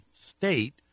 state